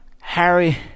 Harry